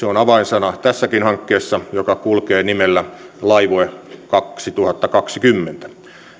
on avainsana tässäkin hankkeessa joka kulkee nimellä laivue kaksituhattakaksikymmentä